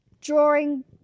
drawing